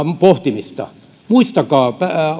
pohtimista muistakaa